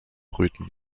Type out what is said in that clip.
brüten